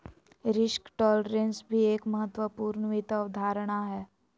risk tolerance भी एक महत्वपूर्ण वित्त अवधारणा हय